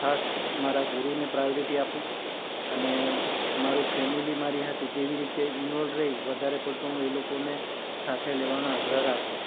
ખાસ મારા ગુરૂને પ્રાયોરિટી આપું છું અને મારું ફેમિલી મારી હાથે જેવી રીતે ઇનવોલ્વ રહે વધારે પડતું હું એ લોકોને સાથે લેવાનો આગ્રહ રાખું છું